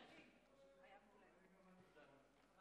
דברי הכנסת יבדקו מי